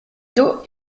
dos